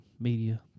Media